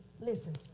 Listen